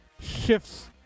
shifts